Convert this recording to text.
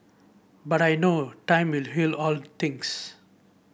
but I know time will heal all things